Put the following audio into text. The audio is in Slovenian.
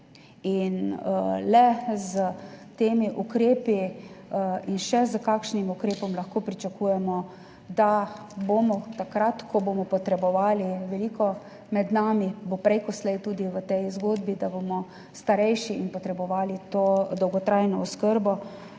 Le s temi ukrepi in še s kakšnim ukrepom lahko pričakujemo, da bomo takrat, ko bomo potrebovali, veliko med nami bo prejkoslej tudi v tej zgodbi, da bomo starejši in bomo potrebovali to dolgotrajno oskrbo,